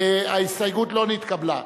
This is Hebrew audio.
ההסתייגות לא נתקבלה.